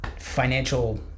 financial